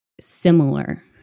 similar